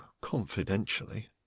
confidentially